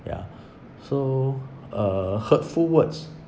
yeah so uh hurtful words